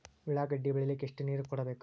ಉಳ್ಳಾಗಡ್ಡಿ ಬೆಳಿಲಿಕ್ಕೆ ಎಷ್ಟು ನೇರ ಕೊಡಬೇಕು?